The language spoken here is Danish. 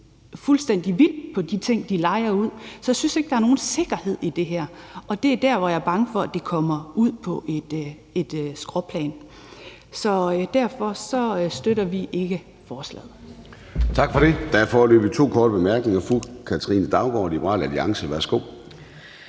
fuldstændig vildt på de ting, de lejer ud. Så jeg synes ikke, der er nogen sikkerhed i det her, og der er der, hvor jeg er bange for, at det kommer ud på et skråplan. Så derfor støtter vi ikke forslaget. Kl. 10:16 Formanden (Søren Gade): Tak for det. Der er foreløbig to med korte bemærkninger. Først er det fru Katrine Daugaard, Liberal Alliance. Værsgo.